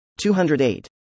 208